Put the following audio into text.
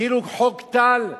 כאילו חוק טל,